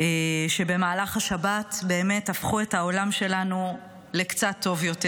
שבמהלך השבת באמת הפכו את העולם שלנו לקצת טוב יותר